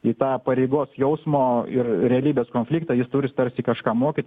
į tą pareigos jausmo ir realybės konfliktą jis turi tarsi kažką mokyt